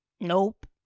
Nope